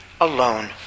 alone